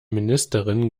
ministerin